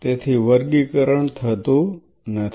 તેથી વર્ગીકરણ થતું નથી